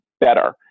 better